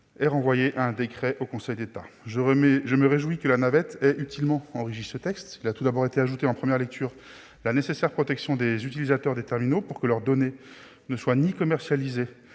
est renvoyé à un décret en Conseil d'État. Je me réjouis que la navette ait utilement enrichi ce texte. Elle a permis d'ajouter en première lecture la nécessaire protection des utilisateurs des terminaux pour que leurs données ne soient ni commercialisées